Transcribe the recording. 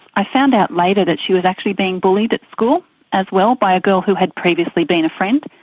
i found out later that she was actually being bullied at school as well by a girl who had previously been a friend,